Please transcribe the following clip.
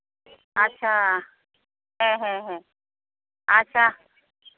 ᱟᱪᱪᱷᱟ ᱦᱮᱸᱦᱮᱸ ᱦᱮᱸ ᱟᱪᱪᱷᱟ